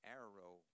arrow